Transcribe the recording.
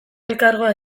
elkargoa